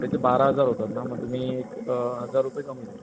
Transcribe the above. त्याचे बारा हजार होतात ना मग तुम्ही एक हजार रुपये कमी द्या